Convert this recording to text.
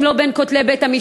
אם לא בין כותלי בית-המשפט?